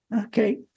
Okay